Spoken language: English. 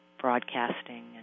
broadcasting